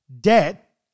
debt